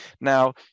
Now